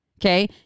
Okay